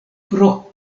pro